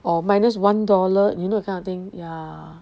or minus one dollar you know that kind of thing ya